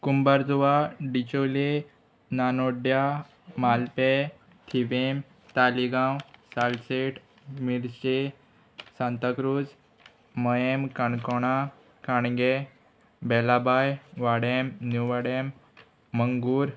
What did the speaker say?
कुंबारजुवा डिचोले नानोड्ड्या मालपें तिवीम तालिगांव सालसेट मेर्शे सांताक्रूज मयेम काणकोणा काणगे बेलाबाय वाडेम न्यू वाडेम मंगूर